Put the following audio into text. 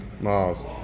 Miles